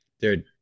Dude